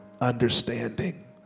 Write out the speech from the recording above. understanding